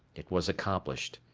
it was accomplished.